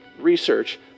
research